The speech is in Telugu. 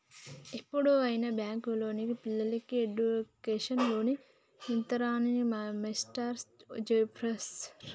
యిప్పుడు అన్ని బ్యేంకుల్లోనూ పిల్లలకి ఎడ్డుకేషన్ లోన్లు ఇత్తన్నారని మా మేష్టారు జెప్పిర్రు